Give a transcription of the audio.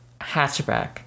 hatchback